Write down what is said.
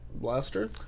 Blaster